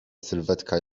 sylwetka